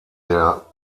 der